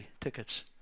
tickets